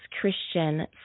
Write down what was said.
Christian